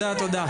תודה, תודה.